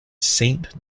saint